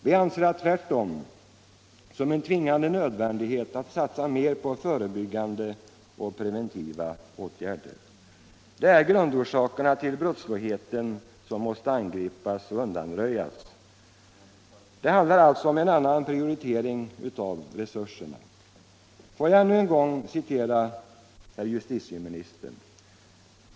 Vi anser det tvärtom som en tvingande nödvändighet att satsa mer på preventiva åtgärder. Det är grundorsakerna till brottsligheten som måste angripas och undanröjas. Det handlar alltså om en annan prioritering av resurserna. Får jag ännu en gång citera herr justitieministern?